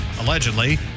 Allegedly